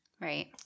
Right